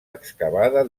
excavada